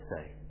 say